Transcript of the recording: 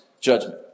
judgment